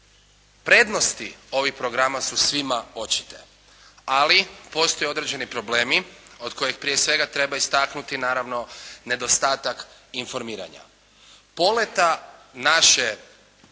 Prednosti ovih programa su svima očite, ali postoje određeni problemi od kojih prije svega treba istaknuti naravno nedostatak informiranja.